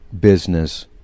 business